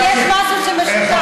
יש משהו שמשותף.